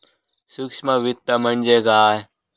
सूक्ष्म वित्त म्हणजे काय?